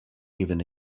even